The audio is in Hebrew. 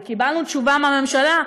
וקיבלנו תשובה מהממשלה,